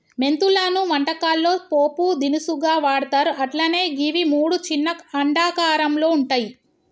మెంతులను వంటకాల్లో పోపు దినుసుగా వాడ్తర్ అట్లనే గివి మూడు చిన్న అండాకారంలో వుంటయి